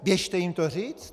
Běžte jim to říct.